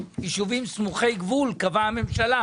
יישובים סמוכי גבול קבעה הממשלה.